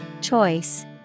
Choice